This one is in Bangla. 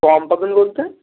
কম পাবেন বলতে